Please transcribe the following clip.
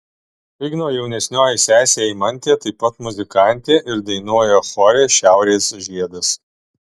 igno jaunesnioji sesė eimantė taip pat muzikantė ir dainuoja chore šiaurės žiedas